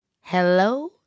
Hello